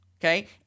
Okay